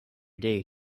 day